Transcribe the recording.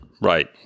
right